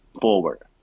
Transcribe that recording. forward